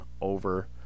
over